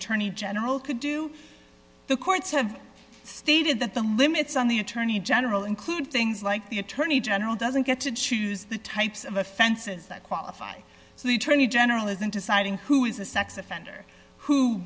attorney general could do the courts have stated that the limits on the attorney general include things like the attorney general doesn't get to choose the types of offenses that qualify for the attorney general is in deciding who is a sex offender who